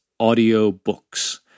audiobooks